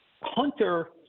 Hunter